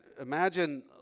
imagine